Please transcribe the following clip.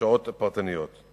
שעות פרטניות.